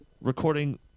recording